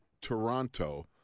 Toronto